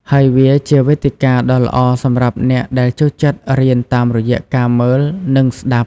ហើយវាជាវេទិកាដ៏ល្អសម្រាប់អ្នកដែលចូលចិត្តរៀនតាមរយៈការមើល និងស្តាប់។